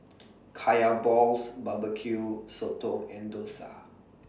Kaya Balls B B Q Sotong and Dosa